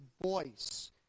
voice